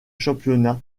championnat